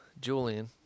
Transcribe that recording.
Julian